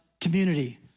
community